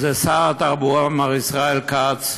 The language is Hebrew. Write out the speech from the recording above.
שר התחבורה מר ישראל כץ,